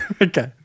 Okay